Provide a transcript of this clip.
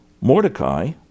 Mordecai